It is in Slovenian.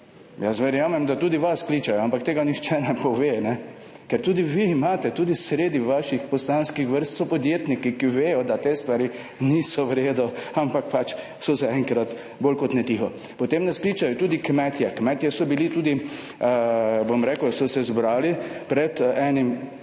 jaz verjamem, da tudi vas kličejo, ampak tega nihče ne pove, ker tudi vi imate, tudi sredi vaših poslanskih vrst so podjetniki, ki vedo, da te stvari niso v redu, ampak so zaenkrat bolj kot ne tiho. Potem nas kličejo tudi kmetje, kmetje so bili tudi, bom rekel, so se zbrali pred enim